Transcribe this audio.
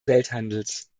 welthandels